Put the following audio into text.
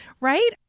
Right